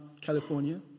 California